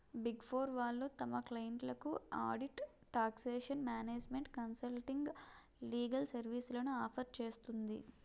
big four వాళ్ళు తమ క్లయింట్లకు audit, taxation, management consulting, legal సర్వీస్లను ఆఫర్ చేస్తుంది